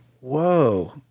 Whoa